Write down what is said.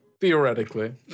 Theoretically